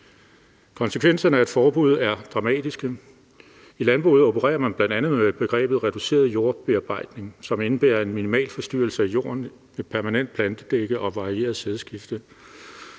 Konsekvenserne af et forbud er dramatiske. I landbruget opererer man bl.a. med begrebet reduceret jordbearbejdning, som indebærer en minimal forstyrrelse af jorden, permanent plantedække og varieret sædskifte.